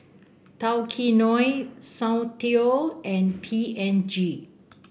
Tao Kae Noi Soundteoh and P and G